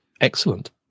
excellent